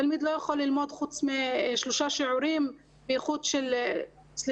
תלמיד לא יכול ללמוד חוץ משלושה שיעורים באיכות לא רציפה,